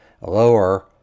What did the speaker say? lower